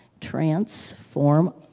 transform